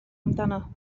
amdano